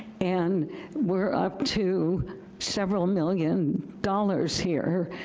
and we're up to several million dollars here,